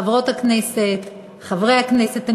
חברות הכנסת, חברי הכנסת הנכבדים,